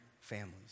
families